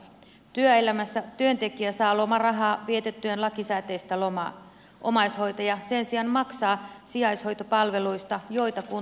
työelämässä työntekijä saa lomarahaa vietettyään lakisääteistä lomaa omaishoitaja sen sijaan maksaa sijaishoitopalveluista joita kunta järjestää